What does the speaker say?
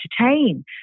entertain